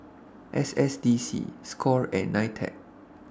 S S D C SCORE and NITEC